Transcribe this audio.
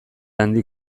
hadi